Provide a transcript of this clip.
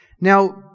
Now